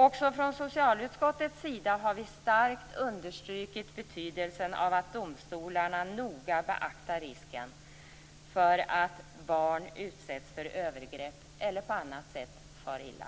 Även från socialutskottets sida har vi starkt understrukit betydelsen av att domstolarna noga beaktar risken för att barn utsätts för övergrepp eller på annat sätt far illa.